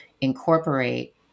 incorporate